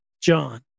John